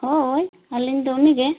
ᱦᱳᱭ ᱟᱹᱞᱤᱧ ᱫᱚ ᱩᱱᱤ ᱜᱮ